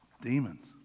demons